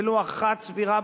ולו אחת סבירה,